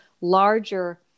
larger